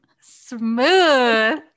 Smooth